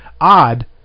odd